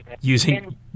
using